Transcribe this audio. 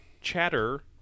chatter